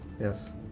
Yes